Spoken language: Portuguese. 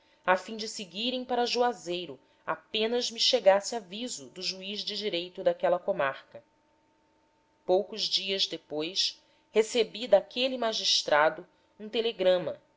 a fim de seguirem para juazeiro apenas me chegasse aviso do juiz de direito daquela comarca poucos dias depois recebi daquele magistrado um telegrama